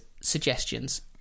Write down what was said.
suggestions